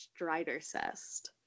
Stridercest